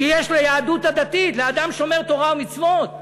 שיש ליהדות הדתית, לאדם שומר תורה ומצוות.